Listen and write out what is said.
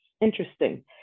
interesting